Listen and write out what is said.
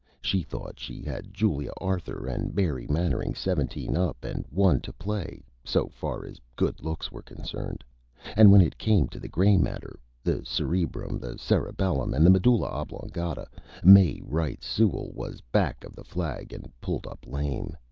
she thought she had julia arthur and mary mannering seventeen up and one to play, so far as good looks were concerned and when it came to the gray matter the cerebrum, the cerebellum, and the medulla oblongata may wright sewall was back of the flag and pulled up lame.